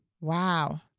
Wow